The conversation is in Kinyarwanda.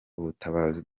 ubutabazi